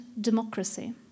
democracy